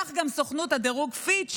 כך גם סוכנות הדירוג פיץ',